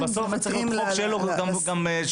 בסוף צריך שיהיה חוק שיהיו לו גם שיניים.